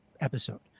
episode